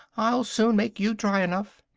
i'll soon make you dry enough!